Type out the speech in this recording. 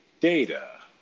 data